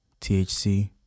THC